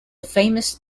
famous